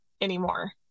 anymore